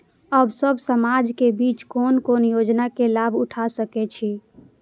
हम सब समाज के बीच कोन कोन योजना के लाभ उठा सके छी?